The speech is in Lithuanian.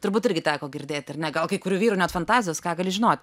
turbūt irgi teko girdėt ar ne gal kai kurių vyrų net fantazijos ką gali žinot